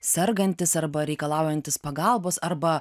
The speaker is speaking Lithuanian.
sergantis arba reikalaujantis pagalbos arba